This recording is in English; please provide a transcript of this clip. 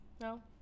No